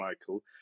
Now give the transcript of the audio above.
Michael